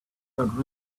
got